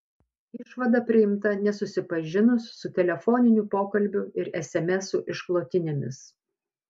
išvada priimta nesusipažinus su telefoninių pokalbių ir esemesų išklotinėmis